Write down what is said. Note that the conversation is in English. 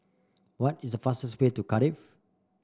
what is the fastest way to Cardiff